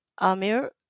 Amir